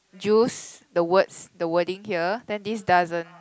juice the words the wording here then this doesn't